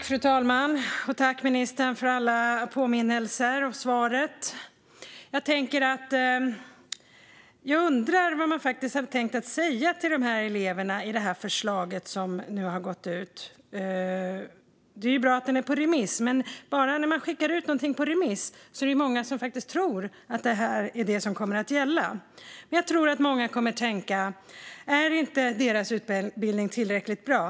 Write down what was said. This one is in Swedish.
Fru talman! Tack, ministern, för alla påminnelser och för svaret! Jag undrar vad man har tänkt säga till eleverna om det förslag som nu har gått ut på remiss. Det är bra att det är ute på remiss. Men bara genom att något skickas ut på remiss är det många som tror att det är vad som kommer att gälla. Jag tror att många kommer att tänka: Är deras utbildning inte tillräckligt bra?